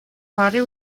body